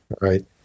right